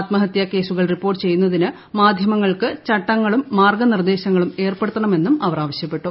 ആത്മഹത്യാ കേസുകൾ റിപ്പോർട്ട് ചെയ്യുന്നതിന് മാധ്യമങ്ങൾക്ക് ചട്ടങ്ങളും മാർഗനിർദ്ദേശങ്ങളും ഏർപ്പെടുത്തണമെന്നും അവർ ആവശ്യപ്പെട്ടു